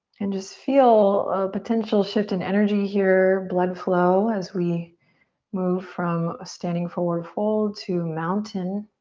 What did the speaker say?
and just feel a potential shift in energy here, blood flow as we move from a standing forward fold to mountain.